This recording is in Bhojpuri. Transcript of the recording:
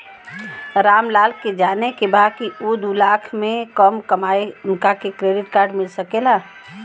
राम लाल के जाने के बा की ऊ दूलाख से कम कमायेन उनका के क्रेडिट कार्ड मिल सके ला?